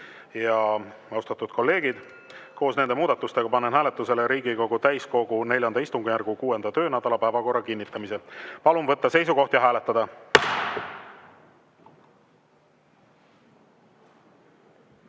Austatud kolleegid, koos nende muudatustega panen hääletusele Riigikogu täiskogu IV istungjärgu 6. töönädala päevakorra kinnitamise. Palun võtta seisukoht ja hääletada!